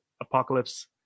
Apocalypse